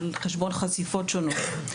על חשבון חשיפות שונות.